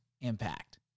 impact